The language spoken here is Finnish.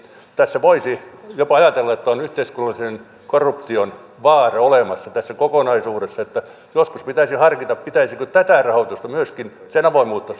tässä voisi jopa ajatella että on yhteiskunnallisen korruption vaara olemassa tässä kokonaisuudessa joskus pitäisi harkita pitäisikö myöskin tämän rahoituksen avoimuutta